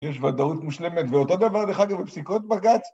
יש ודאות מושלמת, ואותו דבר דרך אגב על פסיקות בג״ץ